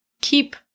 keep